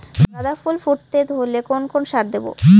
গাদা ফুল ফুটতে ধরলে কোন কোন সার দেব?